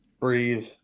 breathe